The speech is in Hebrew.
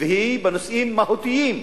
והיא בנושאים מהותיים,